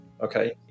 okay